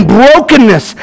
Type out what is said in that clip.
brokenness